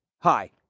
Hi